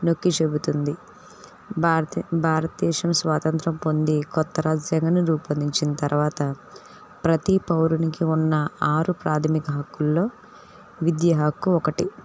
నొక్కి చెబుతుంది భారతదే భారతదేశం స్వాతంత్రం పొంది కొత్త రాజ్యాంగాన్ని రూపొందించిన తర్వాత ప్రతి పౌరునికి ఉన్న ఆరు ప్రాధమిక హక్కుల్లో విద్యా హక్కు ఒకటి